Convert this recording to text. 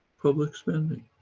public spending.